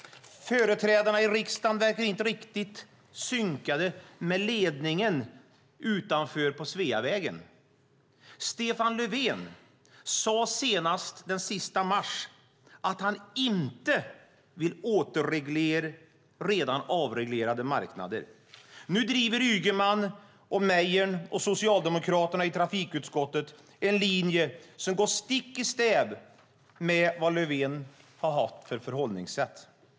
Företrädarna i riksdagen verkar inte riktigt synkade med ledningen utanför på Sveavägen. Stefan Löfven sade senast den 31 mars att han inte ville återreglera redan avreglerade marknader. Nu driver Ygeman, Mejern Larsson och de andra socialdemokraterna i trafikutskottet en linje som går stick i stäv med Löfvens förhållningssätt.